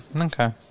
Okay